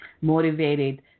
motivated